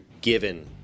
given